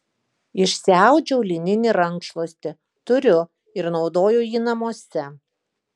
išsiaudžiau lininį rankšluostį turiu ir naudoju jį namuose